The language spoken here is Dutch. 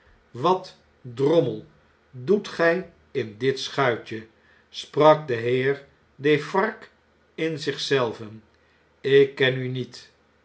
wat drommel doet gij in dit schuitje sprak de heer defarge in zich zelven ik ken u niet